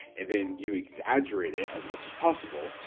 and then you exaggerate it as much as possible. so,